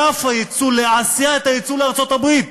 עקף היצוא לאסיה את היצוא לארצות-הברית.